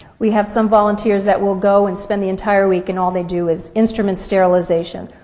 we have some volunteers that will go and spend the entire week and all they do is instrument sterilization,